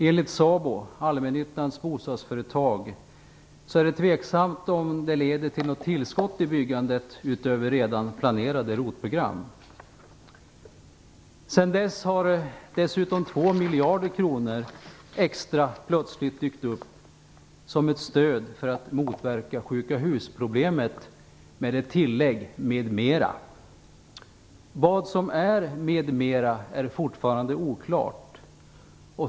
Enligt SABO, allmännyttans bostadsföretag, är det tveksamt om det leder till något tillskott i byggandet utöver redan planerade ROT-program. Sedan dess har dessutom 2 miljarder kronor extra plötsligt dykt upp som ett stöd för att motverka sjukahus-problemet, m.m. Vad som är "med mera" är fortfarande oklart.